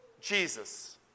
Jesus